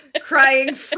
Crying